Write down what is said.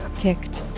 kicked,